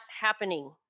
happening